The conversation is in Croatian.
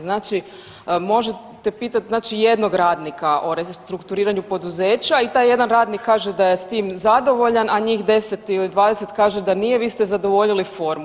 Znači možete pitati znači jednog radnika o restrukturiranju poduzeća i taj jedan radnih kaže da je s tim zadovoljan, a njih 10 ili 20 kaže da nije, vi ste zadovoljili formu.